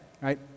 right